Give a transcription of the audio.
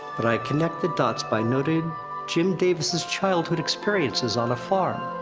but i connect the dots by noting jim davis's childhood experiences on a farm.